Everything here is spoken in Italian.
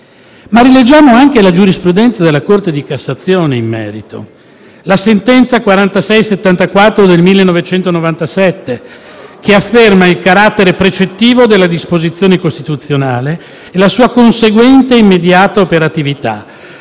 Ma rileggiamo anche la giurisprudenza della Corte di Cassazione in merito: la sentenza n. 4674 del 1997, che afferma il carattere precettivo della disposizione costituzionale e la sua conseguente immediata operatività,